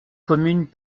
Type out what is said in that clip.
communes